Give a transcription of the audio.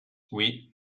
oui